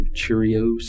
Cheerios